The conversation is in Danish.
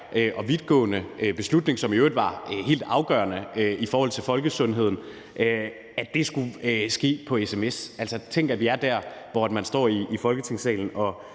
og vidtgående beslutning, som i øvrigt var helt afgørende i forhold til folkesundheden, skulle ske på sms. Altså, tænk, at vi er der, hvor man står i Folketingssalen og